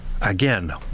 Again